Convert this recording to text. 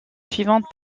suivante